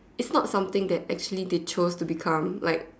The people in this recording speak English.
it's not something that actually they chose to become like